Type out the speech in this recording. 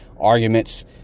arguments